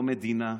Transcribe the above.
לא מדינה,